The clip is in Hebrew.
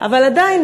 אבל עדיין,